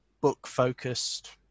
book-focused